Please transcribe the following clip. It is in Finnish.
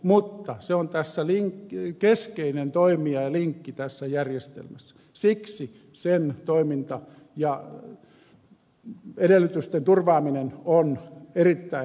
mutta se on keskeinen toimija ja linkki tässä järjestelmässä ja siksi sen toimintaedellytysten turvaaminen on erittäin tärkeää